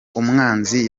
umwanzi